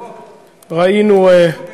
או.